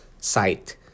site